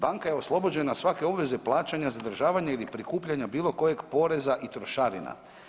Banka je oslobođena svake obveze plaćanja, zadržavanja ili prikupljanja bilo kojeg poreza i trošarina.